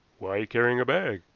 why carrying a bag?